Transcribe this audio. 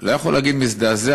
לא יכול להגיד "מזדעזע",